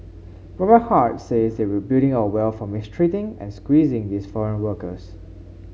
but my heart says that we're building our wealth from mistreating and squeezing these foreign workers